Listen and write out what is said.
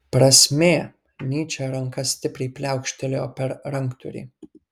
prasmė nyčė ranka stipriai pliaukštelėjo per ranktūrį